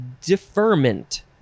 deferment